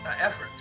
effort